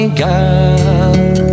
girl